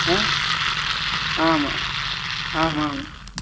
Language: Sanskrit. हा आम् आमां